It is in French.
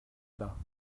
bas